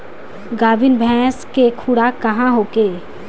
गाभिन भैंस के खुराक का होखे?